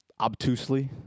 obtusely